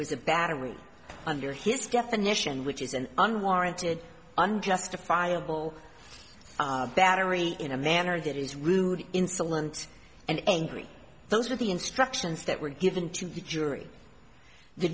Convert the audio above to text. was a battery under his definition which is an unwarranted un justifiable battery in a manner that is rude insolence and angry those are the instructions that were given to the jury the